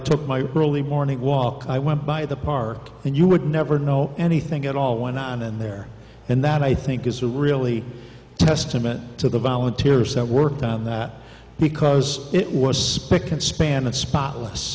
took my early morning walk i went by the park and you would never know anything at all when i'm in there and that i think is a really testament to the volunteers that worked on that because it was spam and spotless